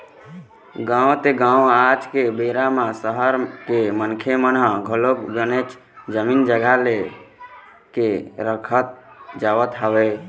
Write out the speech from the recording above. गाँव ते गाँव आज के बेरा म सहर के मनखे मन ह घलोक बनेच जमीन जघा ले के रखत जावत हवय